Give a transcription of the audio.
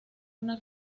una